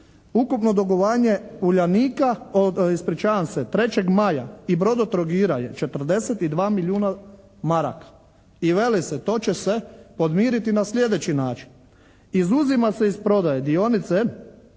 ukupno dugovanje uljanika, ispričavam se 3. maja i "Brodotrogira" je 42 milijuna maraka i veli se to će se podmiriti na sljedeći način. Izuzima se iz prodaje dionice